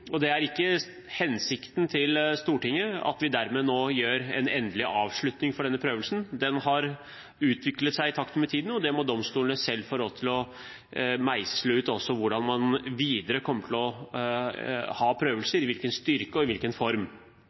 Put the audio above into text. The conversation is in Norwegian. og det er ikke hensikten til Stortinget at vi nå dermed endelig avslutter denne prøvelsen. Den har utviklet seg i takt med tiden, og domstolene må selv få lov til å meisle ut hvordan man videre kommer til å ha prøvelser, i hvilken styrke og i hvilken form.